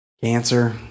cancer